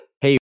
hey